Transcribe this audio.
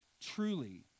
truly